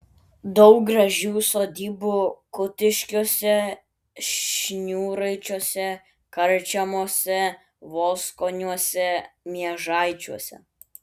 daug gražių sodybų kutiškiuose šniūraičiuose karčemose voskoniuose miežaičiuose